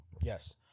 Yes